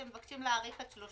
אתם מבקשים להאריך את שלושתם,